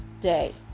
day